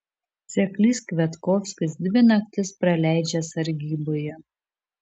seklys kviatkovskis dvi naktis praleidžia sargyboje